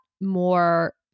more